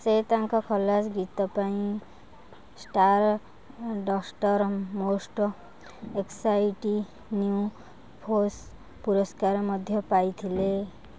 ସେ ତାଙ୍କ ଖଲ୍ଲାସ ଗୀତ ପାଇଁ Stardust most exciting face ପୁରସ୍କାର ମଧ୍ୟ ପାଇଥିଲେ